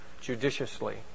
judiciously